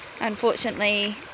Unfortunately